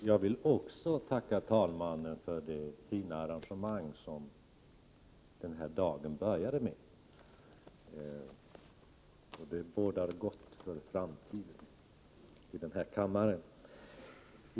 Herr talman! Också jag vill tacka talmannen för de fina arrangemang som denna dag började med. Det bådar gott för det framtida arbetet i kammaren.